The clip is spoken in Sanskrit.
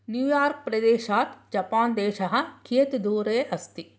न्यूयार्क् प्रदेशात् जपान् देशः कियत् दूरे अस्ति